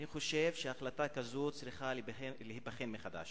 אני חושב שהחלטה כזאת צריכה להיבחן מחדש.